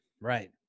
right